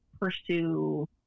pursue